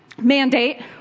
mandate